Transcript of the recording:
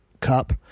cup